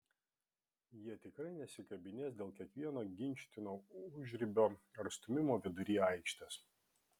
jie tikrai nesikabinės dėl kiekvieno ginčytino užribio ar stūmimo vidury aikštės